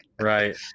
right